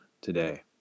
today